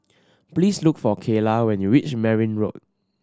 please look for Kaylah when you reach Merryn Road